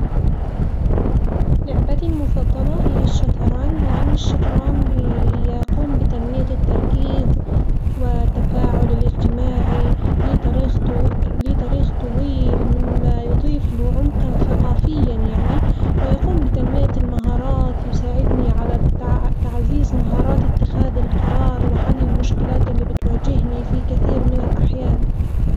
لعبتي المفضلة هي الشطرنج، لأن الشطرنج يقوم بتنمية التركيز والتفاعل الاجتماعي، ليه تاريخ ط- ليه تاريخ طويل مما يضيف له عمقا ثقافيًا يعني ويقوم بتنمية المهارات يساعدني على تعزيز اتخاذ القرار وحل المشكلات اللي بتواجهني في كثير من الأحيان.